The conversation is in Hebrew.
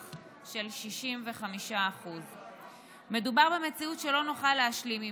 על 65%. מדובר במציאות שלא נוכל להשלים עימה.